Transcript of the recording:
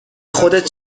خودت